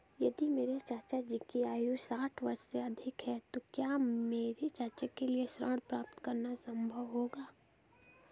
यदि मेरे चाचा की आयु साठ वर्ष से अधिक है तो क्या मेरे चाचा के लिए ऋण प्राप्त करना संभव होगा?